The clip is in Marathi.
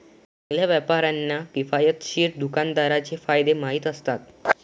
चांगल्या व्यापाऱ्यांना किफायतशीर दुकानाचे फायदे माहीत असतात